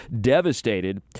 devastated